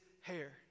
hair